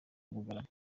bugarama